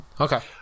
okay